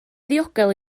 ddiogel